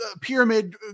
pyramid